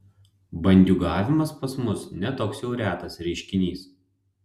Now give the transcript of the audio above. bandiūgavimas pas mus ne toks jau retas reiškinys